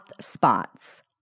spots